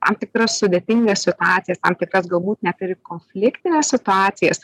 tam tikras sudėtingas situacijas tam tikras galbūt net ir konfliktines situacijas